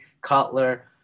Cutler